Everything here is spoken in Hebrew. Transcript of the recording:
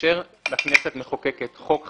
כאשר הכנסת מחוקקת חוק חדש,